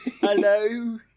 Hello